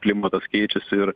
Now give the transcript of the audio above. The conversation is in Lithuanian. klimatas keičiasi ir